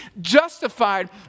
justified